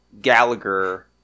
Gallagher